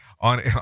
on